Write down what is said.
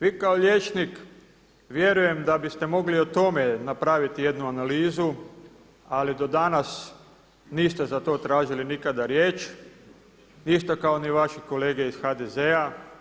Vi kao liječnik, vjerujem da biste mogli o tome napraviti jednu analizu ali do danas niste za to tražili nikada riječ, isto kao ni vaši kolege iz HDZ-a.